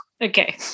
Okay